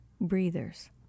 breathers